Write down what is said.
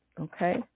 Okay